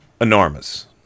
Enormous